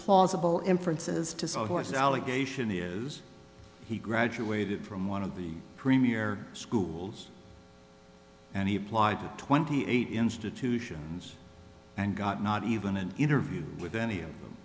plausible inferences to so of course allegation is he graduated from one of the premier schools and he applied to twenty eight institutions and got not even an interview with any of them